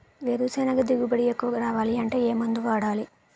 వేరుసెనగ దిగుబడి ఎక్కువ రావాలి అంటే ఏ మందు వాడాలి?